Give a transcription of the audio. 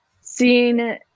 seeing